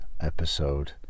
episode